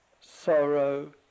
sorrow